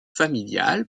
familial